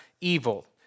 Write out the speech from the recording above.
evil